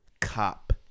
cop